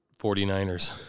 49ers